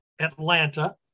Atlanta